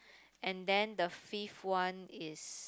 and then the fifth one is